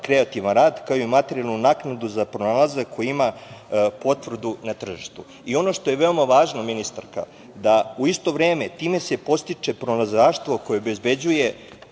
kreativan rad, kao i materijalnu naknadu za pronalazak koji ima potvrdu na tržištu. Ono što je veoma važno, ministarka, da u isto vreme time se podstiče pronalazaštvo koje obezbeđuje